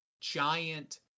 giant